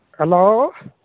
hello